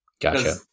Gotcha